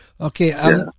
Okay